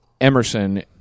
Emerson